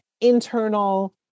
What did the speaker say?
internal